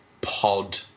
Pod